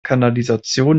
kanalisation